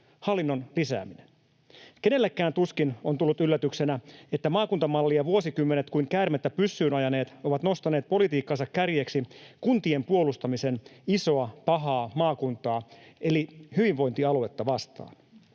hallinnon lisääminen. Kenellekään tuskin on tullut yllätyksenä, että maakuntamallia vuosikymmenet kuin käärmettä pyssyyn ajaneet ovat nostaneet politiikkansa kärjeksi kuntien puolustamisen isoa pahaa maakuntaa eli hyvinvointialuetta vastaan.